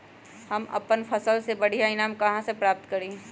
हम अपन फसल से बढ़िया ईनाम कहाँ से प्राप्त करी?